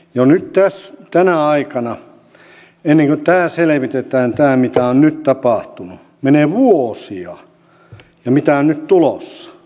jo nyt tänä aikana ennen kuin tämä selvitetään mitä on nyt tapahtunut menee vuosia ja mitä on nyt tulossa